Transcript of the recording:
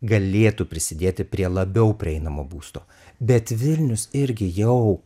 galėtų prisidėti prie labiau prieinamo būsto bet vilnius irgi jau